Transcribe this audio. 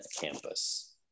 campus